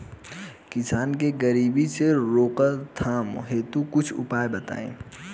किसान के गरीबी रोकथाम हेतु कुछ उपाय बताई?